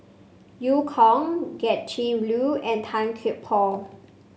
Eu Kong Gretchen Liu and Tan Kian Por